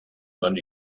man